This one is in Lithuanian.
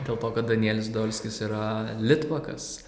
dėl to kad danielius dolskis yra litvakas